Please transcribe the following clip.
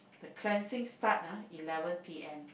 the cleansing start ah eleven P_M